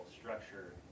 structure